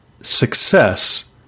success